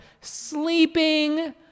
sleeping